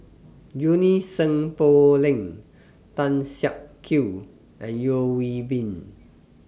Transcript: Junie Sng Poh Leng Tan Siak Kew and Yeo Hwee Bin